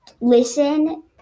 listen